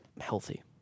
healthy